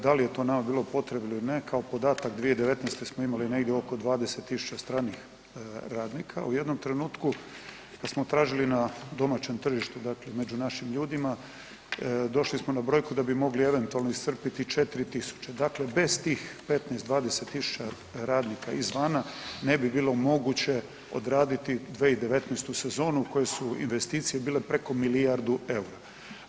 Da li je to nama bilo potrebno ili ne kao podatak 2019. smo imali negdje oko 20.000 stranih radnika u jednom trenutku smo tražili na domaćem tržištu, dakle među našim ljudima, došli smo na brojku da bi mogli eventualno iscrpiti 4000, dakle bez tih 15-20 000 radnika izvana ne bi bilo moguće odraditi 2019. sezonu u kojoj su investicije bile preko milijardu EUR-a.